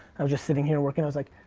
i was just sitting here working, i was like,